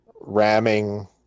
ramming